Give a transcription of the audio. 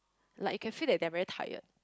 like you can feel that they are very tired